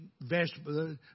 vegetables